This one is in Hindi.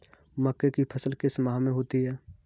मक्के की फसल किस माह में होती है?